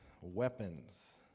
weapons